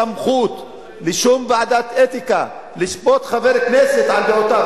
אין סמכות לשום ועדת אתיקה לשפוט חבר כנסת על דעותיו.